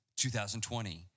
2020